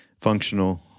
functional